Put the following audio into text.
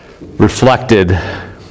reflected